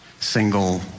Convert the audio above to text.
single